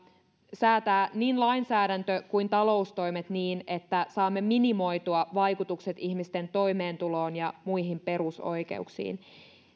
säätää niin lainsäädäntö kuin taloustoimet niin että saamme minimoitua vai kutukset ihmisten toimeentuloon ja muihin perusoikeuksiin